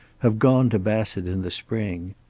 have gone to bassett in the spring.